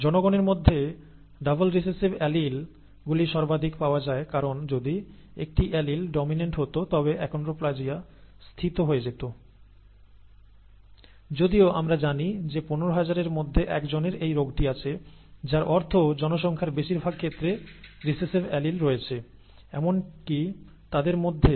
জনগণের মধ্যে double recessive allele গুলি সর্বাধিক পাওয়া যায় কারণ যদি একটি অ্যালিল ডমিন্যান্ট হত তবে অ্যাকন্ড্রোপ্লাজিয়া স্থিত হয়ে যেত যদিও আমরা জানি যে 15000 এর মধ্যে 1 জনের এই রোগটি আছে যার অর্থ জনসংখ্যার বেশিরভাগ ক্ষেত্রে রিসিসিভ অ্যালিল রয়েছে এমনকি তাদের মধ্যে একটিও ডমিন্যান্ট অ্যালিল নেই